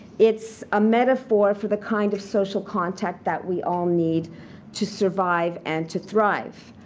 it's a metaphor for the kind of social contact that we all need to survive and to thrive.